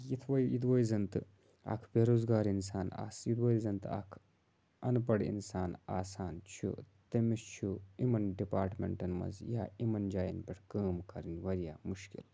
یِتھوے یِوٚدوے دَن تہٕ اَکھ بےروزگار اِنسان آسہِ یِوٚدوے دَن تہٕ اَکھ اَنپَڑ اِنسان آسان چھُ تٔمِس چھُ یِمَن ڈِپاٹمٮ۪نٹَن مَنٛز یا یِمَن جایَن پٮ۪ٹھ کٲم کَرٕنۍ واریاہ مُشکِل